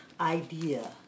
idea